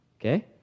Okay